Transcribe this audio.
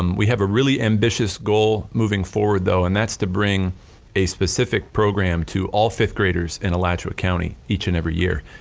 um we have a really ambitious goal moving forward though and that's to bring a specific program to all fifth graders in alachua county each and every year.